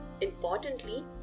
importantly